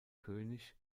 könig